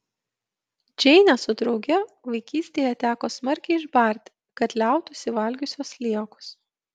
džeinę su drauge vaikystėje teko smarkiai išbarti kad liautųsi valgiusios sliekus